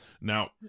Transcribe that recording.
Now